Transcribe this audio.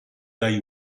dai